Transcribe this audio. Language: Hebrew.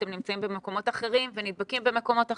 הם נמצאים במקומות אחרים ונדבקים במקומות אחרים.